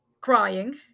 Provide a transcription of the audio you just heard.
crying